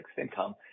income